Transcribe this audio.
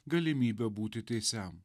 galimybę būti teisiam